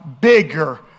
bigger